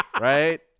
right